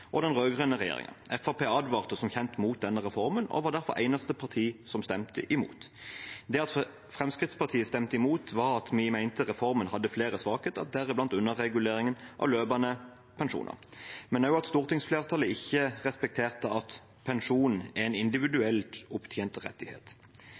og den rød-grønne regjeringen. Fremskrittspartiet advarte som kjent mot denne reformen og var derfor eneste parti som stemte imot. Grunnen til at Fremskrittspartiet stemte imot, var at vi mente reformen hadde flere svakheter, deriblant underreguleringen av løpende pensjoner, men også at stortingsflertallet ikke respekterte at pensjon er en